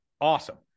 awesome